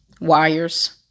wires